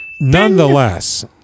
Nonetheless